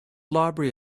library